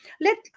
Let